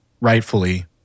rightfully